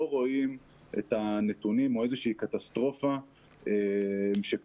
רואים את הנתונים או איזושהי קטסטרופה שקורית.